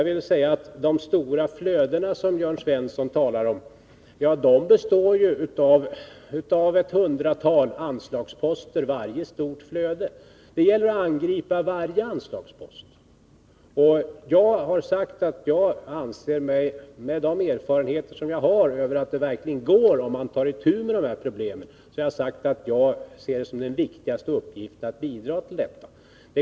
Varje stort flöde som Jörn Svensson talade om består ju av ett hundratal anslagsposter. Det gäller att angripa varje anslagspost. Med den erfarenhet som jag har av att det verkligen går att lösa problem om man tar itu med dem har jag förklarat att jag ser det såsom en viktig uppgift att bidra till detta sparande.